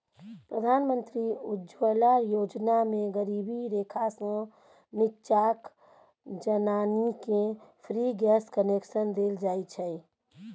प्रधानमंत्री उज्जवला योजना मे गरीबी रेखासँ नीच्चाक जनानीकेँ फ्री गैस कनेक्शन देल जाइ छै